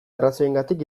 arrazoiengatik